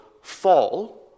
fall